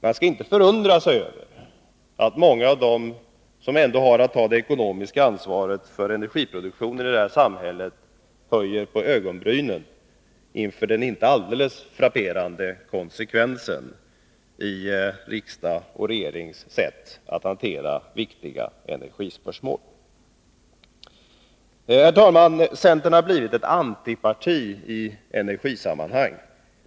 Man skall inte förundra sig över att många av dem som har att ta det ekonomiska ansvaret för energiproduktionen i det här samhället höjer på ögonbrynen inför den inte alldeles frapperande konsekvensen i riksdags och regerings sätt att behandla viktiga energispörsmål. Herr talman! Centern har blivit ett antiparti i energisammanhang.